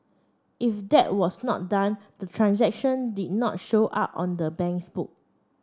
if that was not done the transaction did not show up on the bank's book